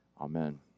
Amen